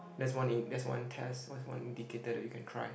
that's one in~ that's one test what's one indicator that you can try